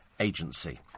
agency